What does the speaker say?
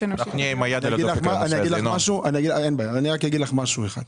אין בעיה, אבל אגיד לך דבר אחד.